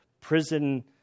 prison